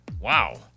Wow